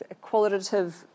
qualitative